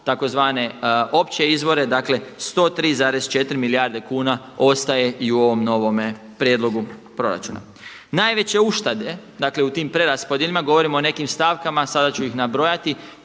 tzv. opće izvore, dakle 103,4 milijarde kuna ostaje i u ovome novome prijedlogu proračuna. Najveće uštede dakle u tim preraspodjelama, govorimo o nekim stavkama, sada ću ih nabrojati